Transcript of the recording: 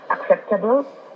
acceptable